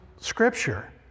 scripture